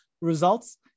results